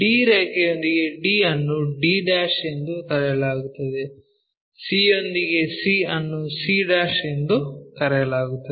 d ರೇಖೆಯೊಂದಿಗೆ d ಅನ್ನು d ಎಂದು ಕರೆಯಲಾಗುತ್ತದೆ c ಯೊಂದಿಗೆ c ಅನ್ನು c ಎಂದು ಕರೆಯಲಾಗುತ್ತದೆ